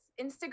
instagram